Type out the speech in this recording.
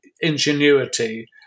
ingenuity